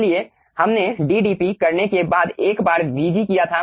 इसलिए हमने d dP करने के बाद एक बार vg किया था